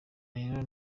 rero